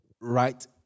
right